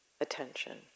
attention